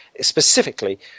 specifically